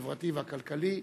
החברתי והכלכלי.